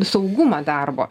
saugumą darbo